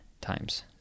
times